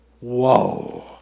Whoa